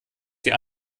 die